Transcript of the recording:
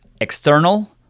external